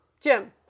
Jim